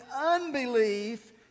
unbelief